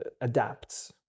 adapts